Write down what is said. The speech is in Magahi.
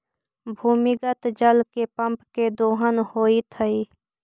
भूमिगत जल के पम्प से दोहन होइत हई